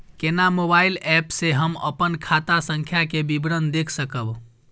केना mobile app से हम अपन खाता संख्या के विवरण देख सकब?